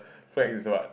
flag is what